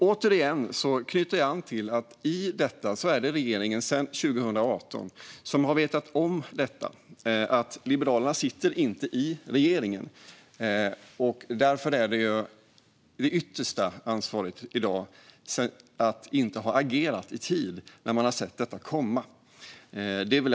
Återigen: Regeringen har vetat om detta sedan 2018 och är ytterst ansvarig för att inte ha agerat i tid trots att man såg det komma. Liberalerna sitter inte i regeringen.